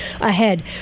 ahead